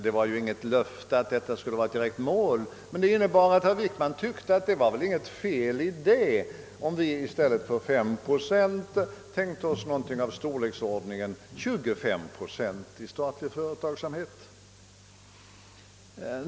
Det var ju inget löfte att det skulle vara ett direkt mål, men herr Wickman tyckte i alla fall att det inte var något fel om vi i stället för 5 procent tänkte oss ungefär 25 procents statlig företagsamhet.